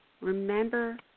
remember